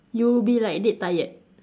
you be like dead tired